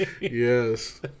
Yes